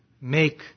make